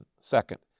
second